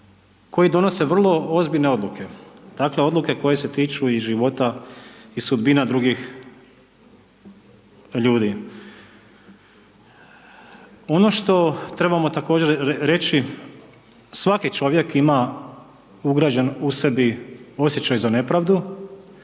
koji donose vrlo ozbiljne odluke, dakle odluke koje se tiču i života i sudbina drugih ljudi. Ono što trebamo također reći svaki čovjek ima ugrađen u sebi osjećaj za nepravdu,